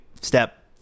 step